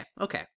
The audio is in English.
Okay